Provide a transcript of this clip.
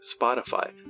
Spotify